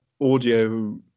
audio